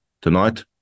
tonight